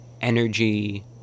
energy